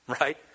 Right